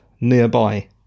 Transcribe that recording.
nearby